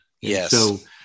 Yes